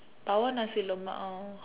but I want Nasi-Lemak now